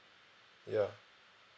ya